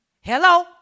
Hello